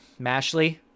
Mashley